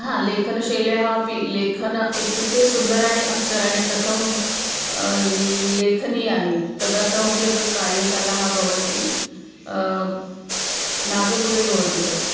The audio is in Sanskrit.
हा लेखनशैल्याः अपि लेखनम् इत्युक्ते सुन्दराणि अक्षराणि कथं लेखनीयानि तदर्थमपि अत्र कार्यशालाः भवन्ति नागपुरे भवति तत्